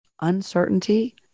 uncertainty